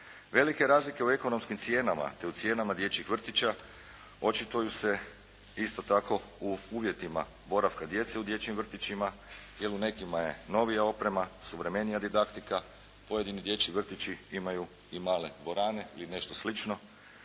Velike razlike u ekonomskim cijenama te u cijenama dječjih vrtića očituju se isto tako u uvjetima boravka djece u dječjim vrtićima, jer u nekima je novija oprema, suvremenija didaktika, pojedini dječji vrtići imaju i male dvorane ili nešto slično